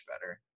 better